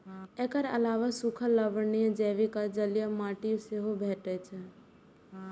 एकर अलावे सूखल, लवणीय, जैविक आ जंगली माटि सेहो भेटै छै